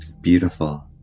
beautiful